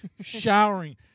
showering